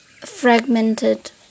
fragmented